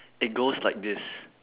it goes like this